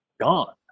gone